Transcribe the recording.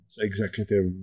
executive